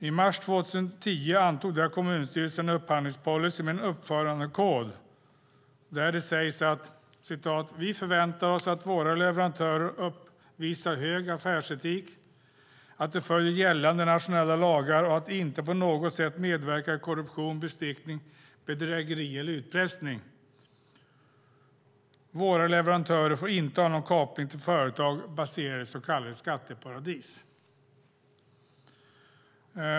I mars 2010 antog kommunstyrelsen där en upphandlingspolicy med en uppförandekod där det sägs att "vi förväntar oss att våra leverantörer uppvisar hög affärsetik, att de följer gällande nationella lagar, och att de inte på något sätt medverkar i korruption, bestickning, bedrägeri eller utpressning. Våra leverantörer får ej ha någon koppling till företag baserade i s.k. 'skatteparadis' ."